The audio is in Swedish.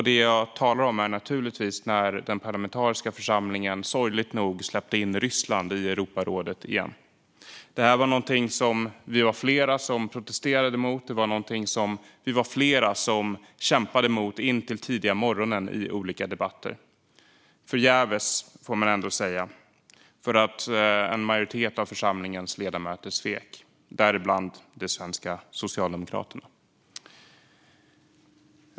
Det jag talar om är naturligtvis när den parlamentariska församlingen sorgligt nog släppte in Ryssland i Europarådet igen. Vi var flera som protesterade mot detta, och vi var flera som kämpade mot detta in till tidiga morgonen i olika debatter. Förgäves, får man ändå säga. En majoritet av församlingens ledamöter svek - däribland de svenska socialdemokraterna.